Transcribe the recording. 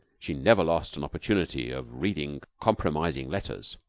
she never lost an opportunity of reading compromising letters.